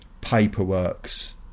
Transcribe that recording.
paperwork's